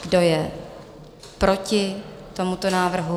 Kdo je proti tomuto návrhu?